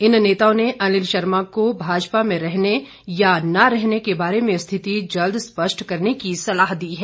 इन नेताओं ने अनिल शर्मा को भाजपा में रहने या न रहने के बारे में स्थिति जल्द स्पष्ट करने की सलाह दी है